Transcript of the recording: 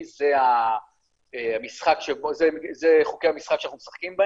אבל המשרד מחייב אותם לספק את השירות.